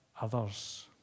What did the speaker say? others